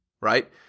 right